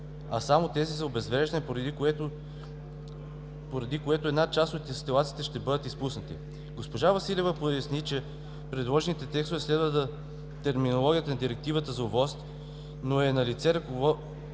а само тези за обезвреждане, поради което една част от инсталациите ще бъдат изпуснати. Госпожа Василева поясни, че предложените текстове следват терминологията на Директивата за ОВОС, но е налице Ръководство